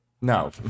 No